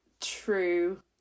true